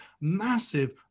massive